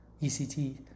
ECT